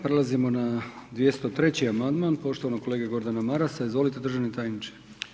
Prelazimo na 203. amandman poštovanog kolege Gordana Marasa, izvolite državni tajniče.